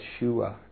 Yeshua